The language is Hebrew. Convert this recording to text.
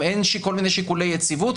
גם אין כל מיני שיקולי יציבות.